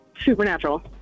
Supernatural